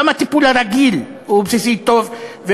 גם הטיפול הרגיל הוא בסיסי טוב.